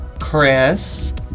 Chris